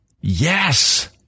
Yes